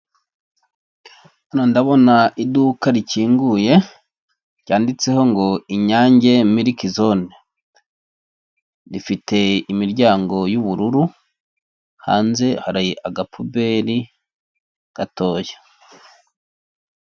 Hano ndabona iduka rikinguye, ryanditseho ngo Inyange miriki zone. Rifite imiryango y'ubururu, hanze hari agapuberi gatoya.